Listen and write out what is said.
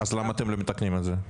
אז למה אתם לא מתקנים את זה?